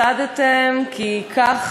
הפסדתם, כי כך